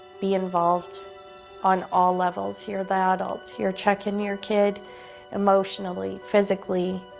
be involved on all levels. you're the adults. you're checking your kid emotionally, physically.